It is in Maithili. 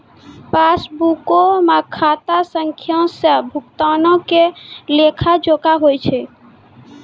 पासबुको मे खाता संख्या से भुगतानो के लेखा जोखा होय छै